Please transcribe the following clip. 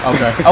Okay